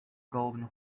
golden